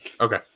Okay